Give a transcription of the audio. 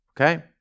Okay